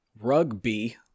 rugby